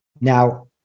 now